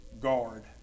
guard